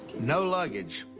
no luggage.